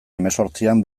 hemezortzian